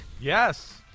yes